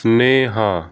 ਸਨੇਹਾ